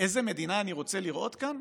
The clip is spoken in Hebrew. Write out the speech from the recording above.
איזו מדינה אני רוצה לראות כאן,